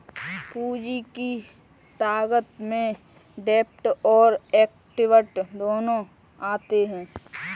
पूंजी की लागत में डेब्ट और एक्विट दोनों आते हैं